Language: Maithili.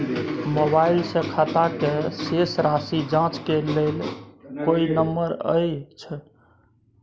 मोबाइल से खाता के शेस राशि जाँच के लेल कोई नंबर अएछ?